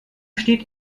steht